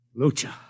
Lucha